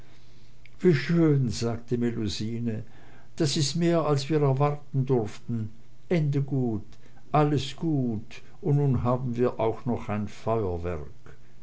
wie schön sagte melusine das ist mehr als wir erwarten durften ende gut alles gut nun haben wir auch noch ein feuerwerk